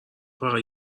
فقط